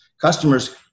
Customers